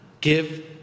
give